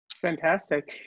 fantastic